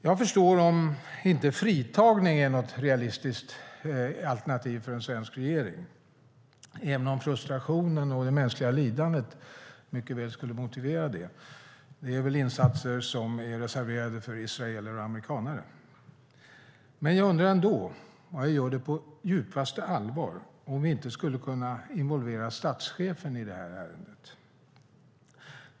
Jag förstår om fritagning inte är något realistiskt alternativ för en svensk regering, även om frustrationen och det mänskliga lidandet mycket väl skulle motivera det. Det är väl insatser som är reserverade för israeler och amerikaner. Men jag undrar ändå, och jag gör det på djupaste allvar, om vi inte skulle kunna involvera statschefen i det här ärendet.